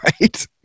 Right